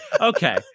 Okay